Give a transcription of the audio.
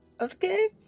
Okay